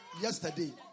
yesterday